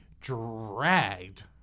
dragged